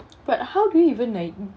but how do you even like